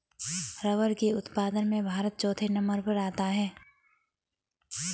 rubber के उत्पादन में भारत चौथे नंबर पर आता है